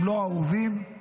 הם לא אהובים, הם לא רצויים.